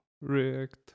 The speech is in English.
react